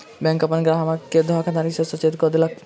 bank अपन ग्राहक के धोखाधड़ी सॅ सचेत कअ देलक